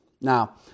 now